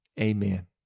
amen